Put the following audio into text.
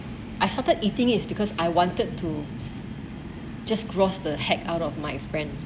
I started eating is because I wanted to just gross the heck out of my friend